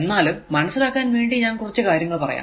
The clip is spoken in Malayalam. എന്നാലും മനസ്സിലാക്കാൻ വേണ്ടി ഞാൻ കുറച്ചു കാര്യങ്ങൾ പറയാം